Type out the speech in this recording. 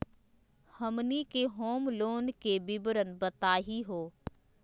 हमनी के home loan के विवरण बताही हो?